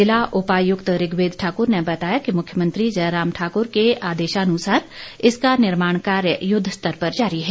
जिला उपायुक्त ऋग्वेद ठाकुर ने बताया कि मुख्यमंत्री जयराम ठाकुर के आदेशानुसार इसका निर्माण कार्य युद्ध स्तर पर जारी है